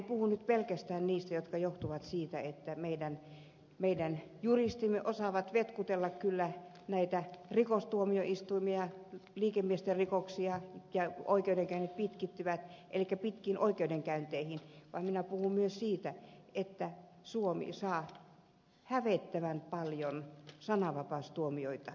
minä en puhu nyt pelkästään siitä että meidän juristimme osaavat kyllä vetkutella näitä rikosoikeudenkäyntejä liikemiesten rikosoikeudenkäynnit pitkittyvät elikkä pitkistä oikeudenkäynneistä vaan puhun myös siitä että suomi saa hävettävän paljon sananvapaustuomioita